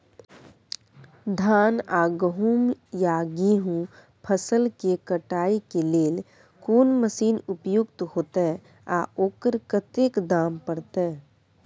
धान आ गहूम या गेहूं फसल के कटाई के लेल कोन मसीन उपयुक्त होतै आ ओकर कतेक दाम परतै?